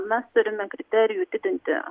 mes turime kriterijų didinti